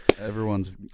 Everyone's